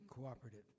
cooperative